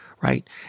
Right